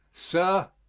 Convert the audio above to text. sir,